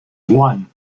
one